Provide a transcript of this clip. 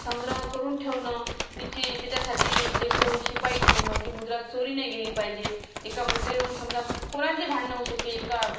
संग्रह करून ठेवणं तिची त्याच्यासाठी एक दोन शिपाई ठेवणं की मुद्रा चोरी नाही गेली पाहिजे एका मुद्रेहून समजा कोणाची भांडणं होऊ शकते एका